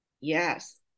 Yes